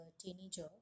teenager